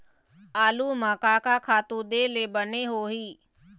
आलू म का का खातू दे ले बने होही?